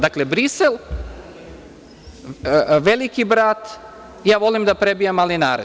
Dakle, Brisel, „Veliki brat“, ja volim da prebijam malinare.